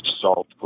salt